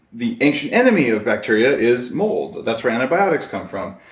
the ancient enemy of bacteria is mold. that's where antibiotics come from,